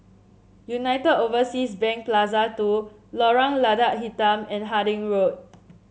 Unite Overseas Bank Plaza two Lorong Lada Hitam and Harding Road